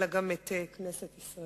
אלא גם את כנסת ישראל.